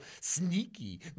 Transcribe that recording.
sneaky